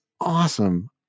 awesome